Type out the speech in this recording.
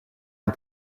and